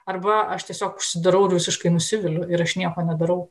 arba aš tiesiog užsidarau ir visiškai nusiviliu ir aš nieko nedarau